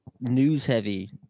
news-heavy